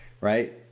right